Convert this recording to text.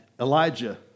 Elijah